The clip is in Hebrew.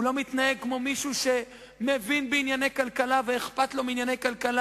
הוא לא מתנהג כמו מישהו שמבין בענייני כלכלה ואכפת לו מענייני כלכלה.